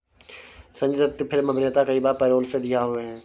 Sanjay Dutt film अभिनेता कई बार पैरोल से रिहा हुए हैं